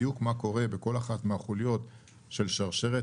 בדיוק מה קורה בכל אחת מהחוליות של שרשרת